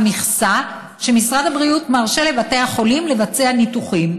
המכסה שמשרד הבריאות מרשה לבתי החולים לגבי ביצוע ניתוחים,